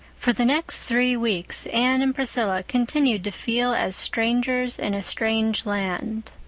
for the next three weeks anne and priscilla continued to feel as strangers in a strange land.